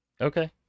Okay